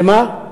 למה?